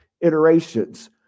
iterations